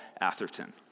Atherton